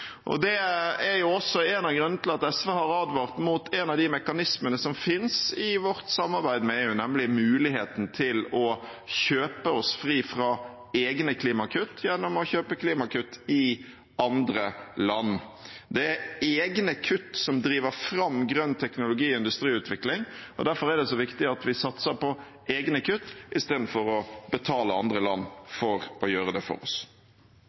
og tape økonomisk. Det er også en av grunnene til at SV har advart mot en av de mekanismene som finnes i vårt samarbeid med EU, nemlig muligheten til å kjøpe oss fri fra egne klimakutt gjennom å kjøpe klimakutt i andre land. Det er egne kutt som driver fram grønn teknologiindustriutvikling, derfor er det så viktig at vi satser på egne kutt istedenfor å betale andre land for å gjøre det for oss.